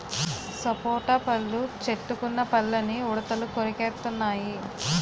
సపోటా పళ్ళు చెట్టుకున్న పళ్ళని ఉడతలు కొరికెత్తెన్నయి